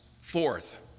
Fourth